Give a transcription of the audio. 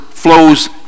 flows